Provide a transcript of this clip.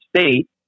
state